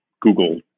Google